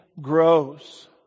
grows